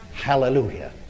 Hallelujah